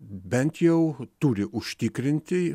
bent jau turi užtikrinti